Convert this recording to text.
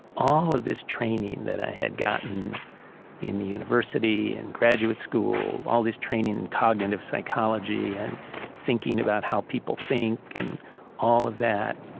all of this training that i had gotten in the university, in graduate school, all this training in cognitive psychology and thinking about how people think, and all of that,